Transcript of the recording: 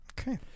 Okay